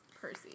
Percy